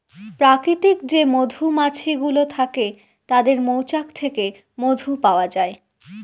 প্রাকৃতিক যে মধুমাছি গুলো থাকে তাদের মৌচাক থেকে মধু পাওয়া যায়